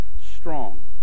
strong